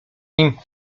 nim